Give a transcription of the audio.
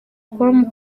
com